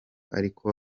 ariko